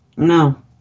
No